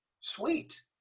sweet